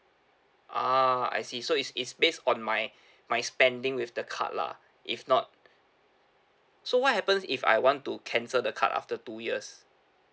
ah I see so is is based on my my spending with the card lah if not so what happens if I want to cancel the card after two years